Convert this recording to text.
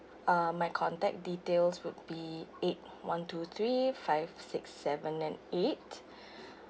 uh my contact details would be eight one two three five six seven and eight